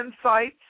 insights